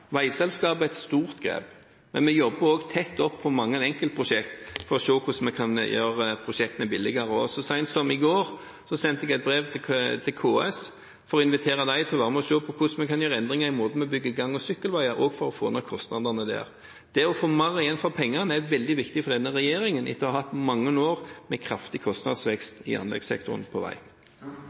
Veiselskapet er et stort grep, men vi jobber også tett på mange enkeltprosjekter for å se hvordan vi kan gjøre prosjektene billigere. Så sent som i går sendte jeg et brev til KS for å invitere dem til å være med og se på hvordan vi kan gjøre endringer i måten vi bygger gang- og sykkelveier på, for å få ned kostnadene der. Å få mer igjen for pengene er veldig viktig for denne regjeringen etter mange år med kraftig kostnadsvekst i anleggssektoren på vei.